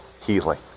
healing